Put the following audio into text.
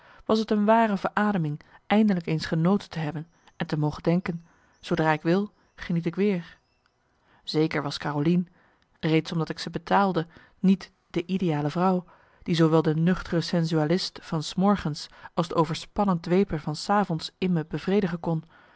was t een ware verademing eindelijk eens genoten te hebben en te mogen denken zoodra ik wil geniet ik weer zeker was carolien reeds omdat ik ze betaalde niet de ideale vrouw die zoowel de nuchtere sensualist van s morgens als de overspannen dweper van s avonds in me bevredigen kon